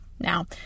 Now